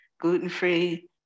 gluten-free